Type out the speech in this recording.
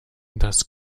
das